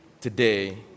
today